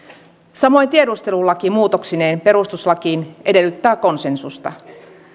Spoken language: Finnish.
samoin tiedustelulaki muutoksineen perustuslakiin edellyttää konsensusta